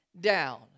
down